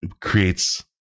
creates